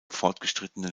fortgeschrittenen